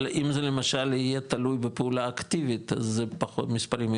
אבל אם זה למשל יהיה תלוי בפעולה אקטיבית אז זה פחות מספרים,